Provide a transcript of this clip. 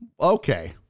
Okay